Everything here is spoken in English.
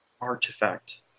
artifact